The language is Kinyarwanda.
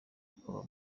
akaba